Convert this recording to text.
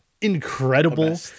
incredible